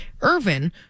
Irvin